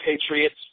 Patriots